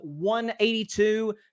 182